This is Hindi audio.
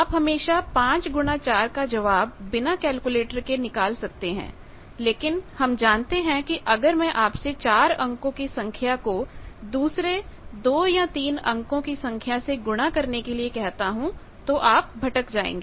आप हमेशा 5 गुणा 4 का जवाब बिना केलकुलेटर के निकाल सकते हैं लेकिन हम जानते हैं कि अगर मैं आपसे 4 अंकों की संख्या को दूसरे 2 या 3 अंकों की संख्या से गुणा करने के लिए कहता हूं तो आप भटक जाएंगे